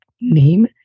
name